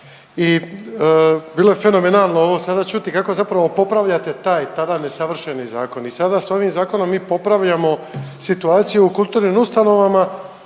i bilo je fenomenalno ovo sada čuti kako zapravo popravljate taj tada nesavršeni zakon. I sad s ovim zakonom mi popravljamo situaciju u kulturnim ustanovama